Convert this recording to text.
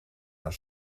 haar